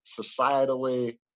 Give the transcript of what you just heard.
societally